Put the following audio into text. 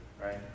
right